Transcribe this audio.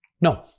No